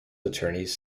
attorneys